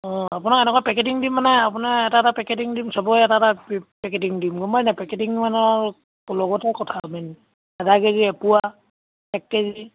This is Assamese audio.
অঁ আপোনাৰ এনেকুৱা পেকেটিং দিম মানে আপোনাৰ এটা এটা পেকেটিং দিম চবৰে এটা এটা পেকেটিং দিমগৈ মই এনে পেকেটিং মানে আৰু লগতে কথা পাতিম আধা কে জি এপোৱা এক কে জি